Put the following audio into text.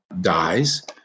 dies